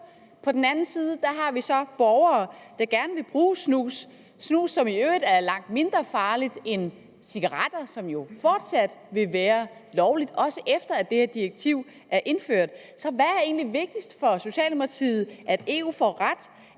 på. Samtidig har vi så borgere, der gerne vil bruge snus, som i øvrigt er langt mindre farligt end cigaretter, som jo fortsat vil være lovlige, også efter at det her direktiv er indført. Så hvad er egentlig vigtigst for Socialdemokratiet – at EU får ret,